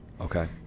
Okay